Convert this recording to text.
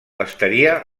estaria